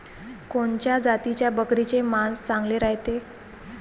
कोनच्या जातीच्या बकरीचे मांस चांगले रायते?